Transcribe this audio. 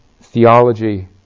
theology